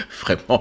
Vraiment